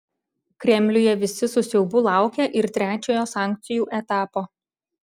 kremliuje visi su siaubu laukia ir trečiojo sankcijų etapo